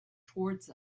towards